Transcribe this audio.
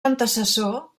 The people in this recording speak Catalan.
antecessor